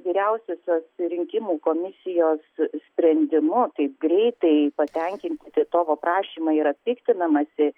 vyriausiosios rinkimų komisijos sprendimu taip greitai patenkinti titovo prašymą yra piktinamasi